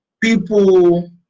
people